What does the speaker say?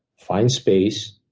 find space,